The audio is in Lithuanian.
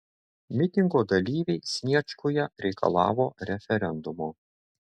mitingo dalyviai sniečkuje reikalavo referendumo